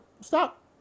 stop